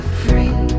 free